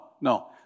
no